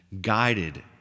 guided